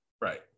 right